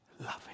loving